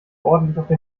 ordentlich